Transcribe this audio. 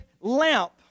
lamp